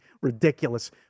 ridiculous